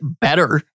better